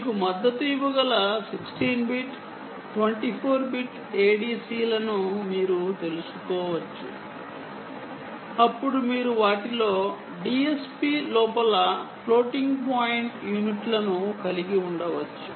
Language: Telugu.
మీకు మద్దతు ఇవ్వగల 16 బిట్ 24 బిట్ ADC లను మీరు తెలుసుకోవచ్చు అప్పుడు మీరు వాటిలో DSP లోపల ఫ్లోటింగ్ పాయింట్ యూనిట్లను కలిగి ఉండవచ్చు